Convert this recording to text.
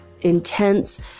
intense